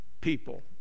people